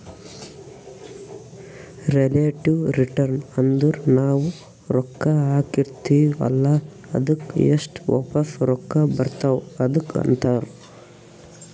relative return ಅಂದುರ್ ನಾವು ರೊಕ್ಕಾ ಹಾಕಿರ್ತಿವ ಅಲ್ಲಾ ಅದ್ದುಕ್ ಎಸ್ಟ್ ವಾಪಸ್ ರೊಕ್ಕಾ ಬರ್ತಾವ್ ಅದುಕ್ಕ ಅಂತಾರ್